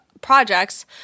projects